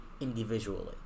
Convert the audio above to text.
individually